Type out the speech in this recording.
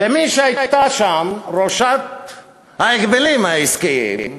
ומי שהייתה שם ראשת הרשות להגבלים העסקיים,